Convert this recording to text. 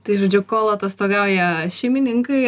tai žodžiu kol atostogauja šeimininkai